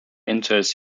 enters